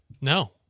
No